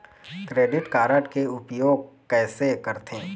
Credit card के उपयोग कैसे करथे?